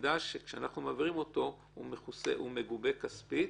אדע שכשאנחנו מעבירים אותו הוא מגובה כספית.